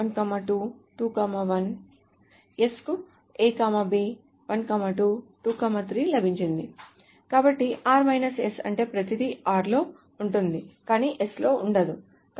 s కు A B 1 2 2 3 లభించింది కాబట్టి r s అంటే ప్రతిదీ r లో ఉంటుంది కానీ s లో ఉండదు